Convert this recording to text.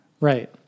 Right